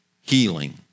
healing